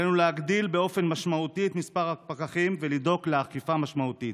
עלינו להגדיל באופן משמעותי את מספר הפקחים ולדאוג לאכיפה משמעותית.